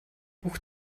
бүх